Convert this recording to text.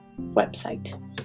website